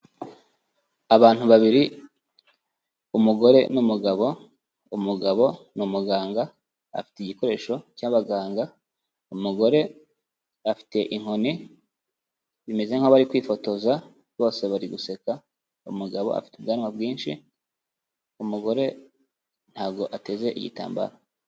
Abantu babiri umugore n'umugabo, umugabo ni umuganga, afite igikoresho cy'abaganga, umugore afite inkoni bimeze nkaho bari kwifotoza bose bari guseka, umugabo afite ubwanwa bwinshi, umugore ntabwo ateze igitambaro.